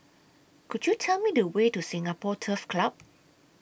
Could YOU Tell Me The Way to Singapore Turf Club